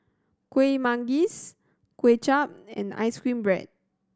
Kueh Manggis Kway Chap and ice cream bread